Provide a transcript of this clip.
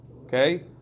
okay